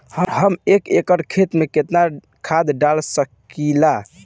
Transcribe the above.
हम एक एकड़ खेत में केतना खाद डाल सकिला?